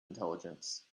intelligence